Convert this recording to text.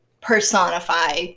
personify